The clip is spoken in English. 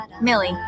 Millie